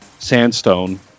Sandstone